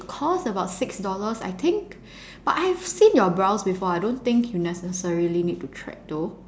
cost about six dollars I think but I've seen your brows before I don't think you necessarily need to thread though